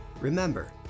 Remember